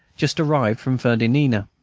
just arrived from fernandina,